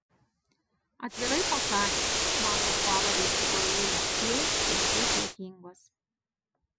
atvirai pasakius man tos pavardės su galūne ė tiesiog juokingos